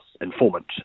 informant